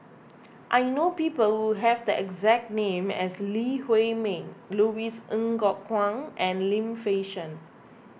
I know people who have the exact name as Lee Huei Min Louis Ng Kok Kwang and Lim Fei Shen